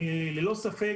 ללא ספק.